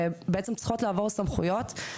שצריכות לעבור סמכויות,